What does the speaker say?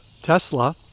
Tesla